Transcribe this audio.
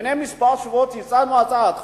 לפני כמה שבועות הצענו הצעת חוק.